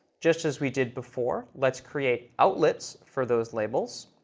just as we did before, let's create outlets for those labels.